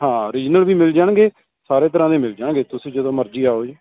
ਹਾਂ ਰੀਜਨਲ ਵੀ ਮਿਲ ਜਾਣਗੇ ਸਾਰੇ ਤਰ੍ਹਾਂ ਦੇ ਮਿਲ ਜਾਣਗੇ ਤੁਸੀਂ ਜਦੋਂ ਮਰਜ਼ੀ ਆਓ ਜੀ